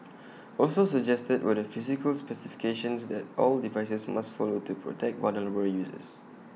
also suggested were the physical specifications that all devices must follow to protect vulnerable users